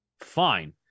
fine